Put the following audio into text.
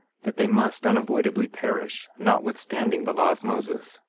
that they must unavoidably perish, notwithstanding the law of moses.